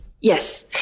Yes